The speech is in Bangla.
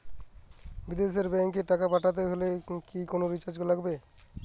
বিদেশের ব্যাংক এ টাকা পাঠাতে হলে কি কোনো চার্জ লাগবে?